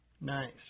Nice